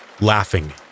laughing